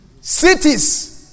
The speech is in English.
Cities